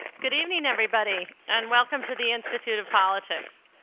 good evening, everybody. and welcome to the institute of politics.